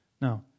Now